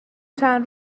چند